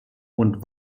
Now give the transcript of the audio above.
und